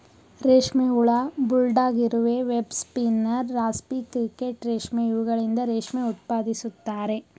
ರೇಷ್ಮೆ ಹುಳ, ಬುಲ್ಡಾಗ್ ಇರುವೆ, ವೆಬ್ ಸ್ಪಿನ್ನರ್, ರಾಸ್ಪಿ ಕ್ರಿಕೆಟ್ ರೇಷ್ಮೆ ಇವುಗಳಿಂದ ರೇಷ್ಮೆ ಉತ್ಪಾದಿಸುತ್ತಾರೆ